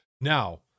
Now